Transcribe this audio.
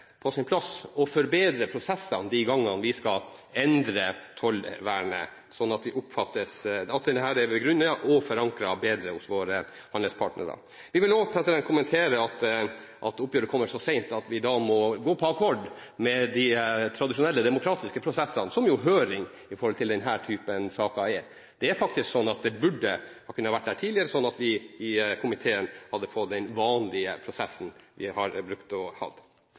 på sin plass å forbedre prosessene de gangene vi skal endre tollvernet, slik at de er begrunnet og bedre forankret hos våre handelspartnere. Vi vil også kommentere at oppgjøret kommer så sent at vi må gå på akkord med de tradisjonelle demokratiske prosessene, som f.eks. høring, i denne typen saker. Det burde kunne ha vært her tidligere, slik at vi i komiteen hadde fått den vanlige prosessen som vi har brukt å